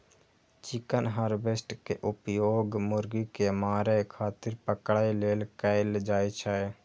chicken harvester के उपयोग मुर्गी कें मारै खातिर पकड़ै लेल कैल जाइ छै